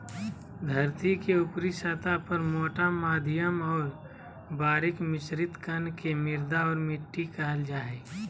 धरतीके ऊपरी सतह पर मोटा मध्यम और बारीक मिश्रित कण के मृदा और मिट्टी कहल जा हइ